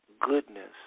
goodness